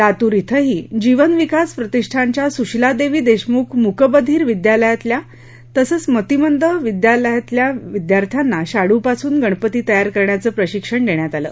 लातूर शिंही जिवन विकास प्रतिष्टान च्या सुशीलादेवी देशमुख मुकबधीर विद्यालयातल्या तसंच मतीमंद विद्यालयातल्या विद्यार्थ्यांना शाडू पासुन गणपती तयार करण्यांच प्रशिक्षण आज देण्यांत आल